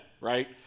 Right